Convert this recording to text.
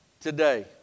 today